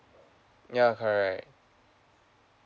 ya correct